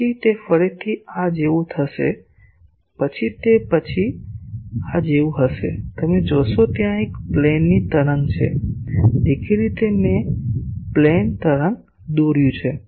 પછી તે ફરીથી આ જેવું થશે પછી તે પછી તે આ જેવું હશે તમે જોશો ત્યાં આ એક પ્લેનની તરંગ છે દેખીતી રીતે મેં પ્લેન તરંગ દોર્યું છે